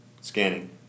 Scanning